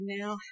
now